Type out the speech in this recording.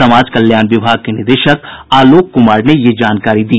समाज कल्याण विभाग के निदेशक आलोक कुमार ने यह जानकारी दी